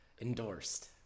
endorsed